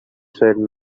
said